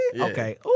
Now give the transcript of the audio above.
Okay